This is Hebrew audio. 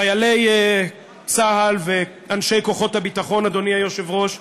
חיילי צה"ל ואנשי כוחות הביטחון, אדוני היושב-ראש,